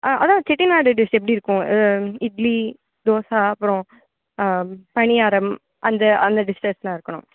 அ அதான் செட்டிநாடு டிஷ் எப்படி இருக்கும் இட்லி தோசை அப்புறம் பணியாரம் அந்த அந்த டிஷ்ஷஸ்லாம் இருக்கணும்